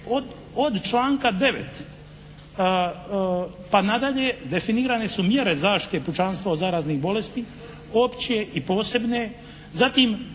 od članka 9. pa nadalje definirane su mjere zaštite pučanstva od zaraznih bolesti, opće i posebne.